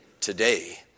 today